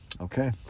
Okay